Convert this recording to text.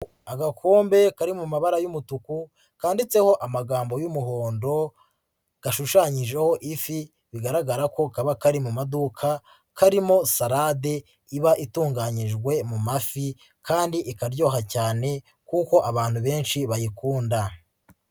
Agakombe kari mu mabara y'umutuku kanditseho amagambo y'umuhondo gashushanyijeho ifi bigaragara ko kaba kari mu maduka karimo sarade iba itunganyijwe mu mu mafi kandi ikaryoha cyane kuko abantu benshi bayikunda.